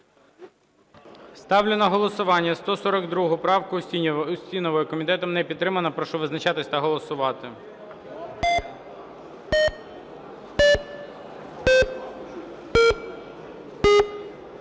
Ставлю на голосування 178 правку. Комітет не підтримав. Прошу визначатись та голосувати.